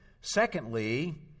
Secondly